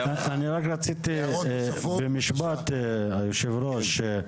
אני רק רציתי, במשפט, יושב הראש.